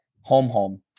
home-home